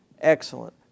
excellent